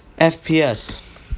FPS